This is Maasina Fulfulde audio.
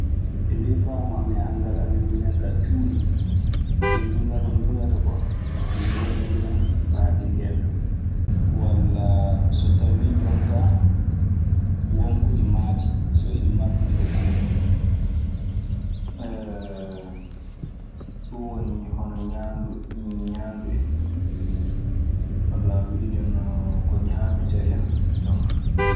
E ley faamu amen, anndal amen minen kaa cuuli ko ngullata ŋuuyata koo noddondiran faa ɗi ndeentoo. Walla so tawii jon kaa won ko ɗi maati so iɗi martondira kumpa. Ɗun woni hono ñaandu, ñaandu en. Wallaa wiide no, ko ñaametee ya jonka.